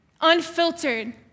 unfiltered